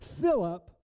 Philip